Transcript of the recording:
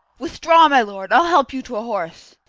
withdraw, my lord! i'll help you to a horse.